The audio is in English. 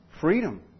Freedom